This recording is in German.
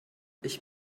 ich